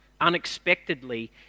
unexpectedly